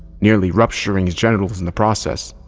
nearly rupturing his genitals in the process.